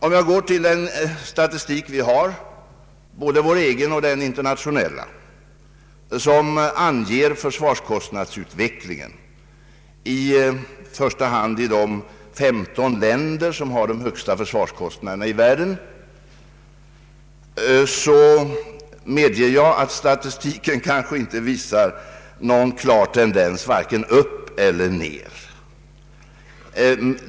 Siffrorna i den statistik, både vår egen och den internationella, som anger utvecklingen i första hand i de 15 länder som har de högsta försvarskostnaderna i världen, visar, det medger jag, kanske inte någon klar tendens vare sig uppåt eller nedåt.